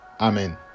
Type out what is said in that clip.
Amen